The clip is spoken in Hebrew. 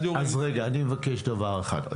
אז אני מבקש דבר אחד.